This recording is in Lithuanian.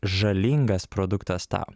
žalingas produktas tau